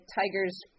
Tiger's